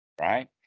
right